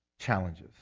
challenges